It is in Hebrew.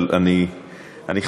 אבל אני חייב,